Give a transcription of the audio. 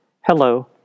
Hello